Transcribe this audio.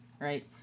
Right